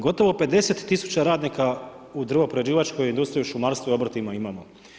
Gotovo 50 tisuća radnika u drvoprerađivačkoj industriji u šumarstvu i obrtima imamo.